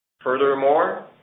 Furthermore